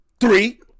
three